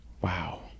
Wow